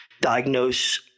diagnose